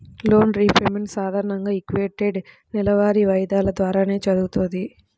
loan repayment సాధారణంగా equated నెలవారీ వాయిదాల ద్వారానే జరుగుతది